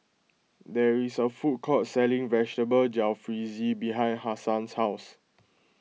there is a food court selling Vegetable Jalfrezi behind Hassan's house